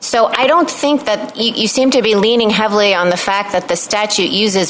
so i don't think the e c m to be leaning heavily on the fact that the statute uses